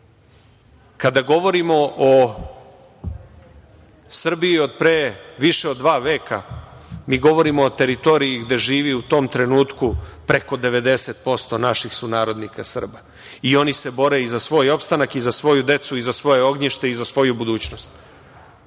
kada govorimo o Srbiji od pre više od dva veka govorimo o teritoriji gde živi u tom trenutku preko 90% naših sunarodnika Srba i oni se bore i za svoj opstanak i za svoju decu i za svoje ognjište i za svoju budućnost,